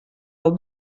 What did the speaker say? del